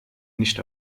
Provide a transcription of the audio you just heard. nicht